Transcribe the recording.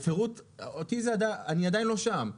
אני עדיין לא שם.